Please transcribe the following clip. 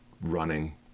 running